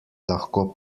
lahko